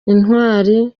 intwali